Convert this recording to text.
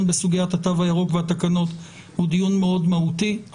בסוגיית התו הירוק והתקנות הוא דיון מאוד מהותי.